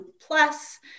plus